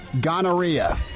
Gonorrhea